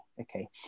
okay